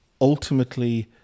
ultimately